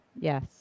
Yes